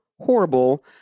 horrible